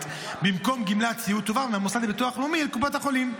במקום גמלת סיעוד תועבר מהמוסד לביטוח לאומי לקופות החולים.